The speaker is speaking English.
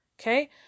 Okay